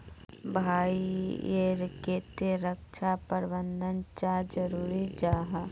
भाई ईर केते रक्षा प्रबंधन चाँ जरूरी जाहा?